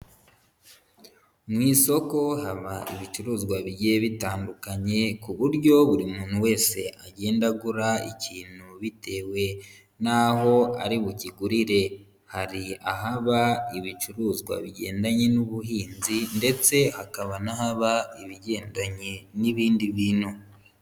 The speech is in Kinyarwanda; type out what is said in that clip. Mu isoko haba ibicuruzwa bigiye bitandukanye ku buryo buri muntu wese agenda agura ikintu bitewe n'aho ari bukigurire, hari ahaba ibicuruzwa bigendanye n'ubuhinzi ndetse hakaba n'ahaba ibigendanye n'ibindi bintu.